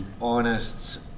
honest